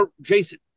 Jason